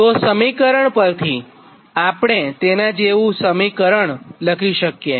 તો સમીકરણ 11 પરથી આપણે તેના જેવું સમીકરણ લખી શકીએ